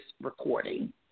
recording